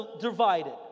divided